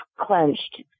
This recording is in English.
clenched